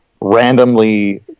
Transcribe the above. randomly